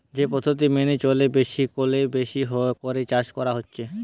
যে পদ্ধতি মেনে চলে বেশি কোরে বেশি করে চাষ করা হচ্ছে